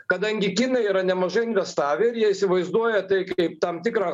kadangi kinai yra nemažai investavę ir jie įsivaizduoja tai kaip tam tikrą